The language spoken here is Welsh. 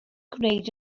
gwneud